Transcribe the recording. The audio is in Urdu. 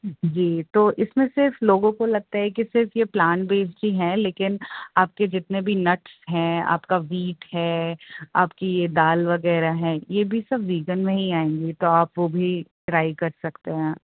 جی تو اس میں صرف لوگوں کو لگتا ہے کہ صرف یہ پلانٹ بیسڈ ہی ہیں لیکن آپ کے جتنے بھی نٹس ہیں آپ کا ویٹ ہے آپ کی یہ دال وغیرہ ہیں یہ بھی سب ویگن میں ہی آئیں گی تو آپ وہ بھی ٹرائی کر سکتے ہیں